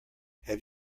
have